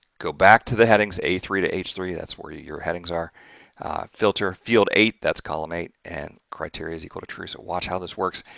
go back to the headings a three to h three that's where your headings are filter field eight that's column eight and criteria is equal to true. so watch how this works.